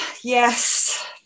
yes